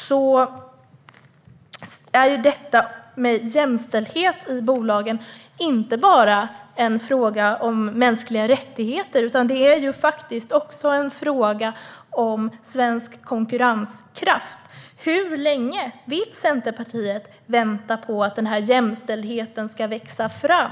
Det innebär att jämställdhet i bolagen inte bara är en fråga om mänskliga rättigheter utan också en fråga om svensk konkurrenskraft. Hur länge vill Centerpartiet vänta på att jämställdheten ska växa fram?